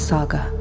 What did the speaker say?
Saga